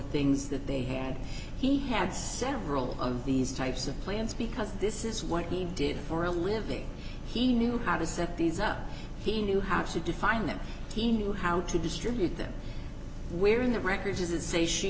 things that they hand he had several of these types of plans because this is what he did for a living he knew how to set these up he knew how to define them kenya how to distribute them where in the record does it say she